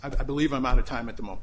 i believe i'm out of time at the moment